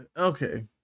Okay